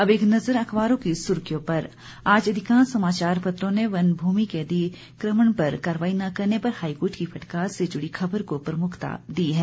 अब एक नजर अखबारों की सुर्खियों पर आज अधिकांश समाचार पत्रों ने वन भूमि के अतिकमण पर कार्रवाई न करने पर हाईकोर्ट की फटकार से जुड़ी खबर को प्रमुखता दी है